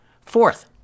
Fourth